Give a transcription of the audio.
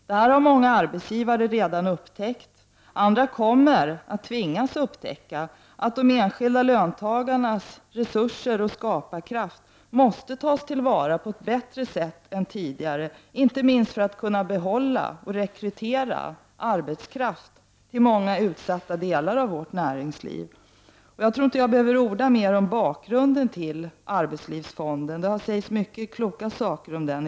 Detta har många arbetsgivare redan upptäckt, och andra kommer att tvingas att upptäcka att de enskilda lönta garnas resurser och skaparkraft måste tas till vara på ett bättre sätt än tidigare, inte minst för att man skall kunna behålla och rekrytera arbetskraft i utsatta delar av vårt näringsliv. Jag tror inte att jag behöver orda mer om bakgrunden till arbetslivsfonden — det har i debatten i dag sagts många kloka ord om den.